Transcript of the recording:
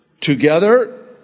Together